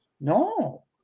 no